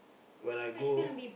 while I go